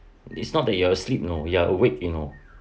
it's not that you're asleep you know you're awake you know